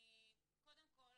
אני קודם כל,